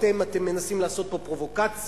אתם מנסים לעשות פה פרובוקציה,